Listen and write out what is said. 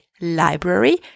library